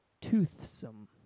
Toothsome